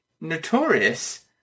notorious